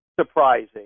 surprising